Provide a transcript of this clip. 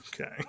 Okay